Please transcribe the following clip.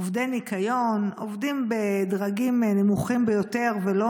עובדי ניקיון, עובדים בדרגים נמוכים ביותר, לא